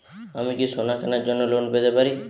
আমি কি সোনা কেনার জন্য লোন পেতে পারি?